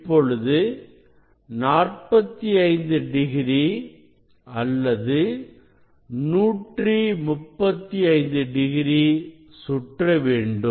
இப்பொழுது 45 டிகிரி அல்லது 135 டிகிரி சுற்றவேண்டும்